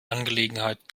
angelegenheit